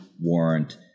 warrant